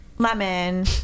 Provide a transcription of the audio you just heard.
Lemon